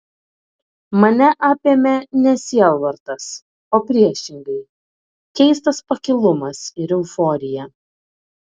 mane apėmė ne sielvartas o priešingai keistas pakilumas ir euforija